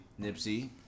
Nipsey